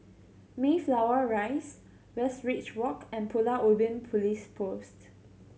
Mayflower Rise Westridge Walk and Pulau Ubin Police Post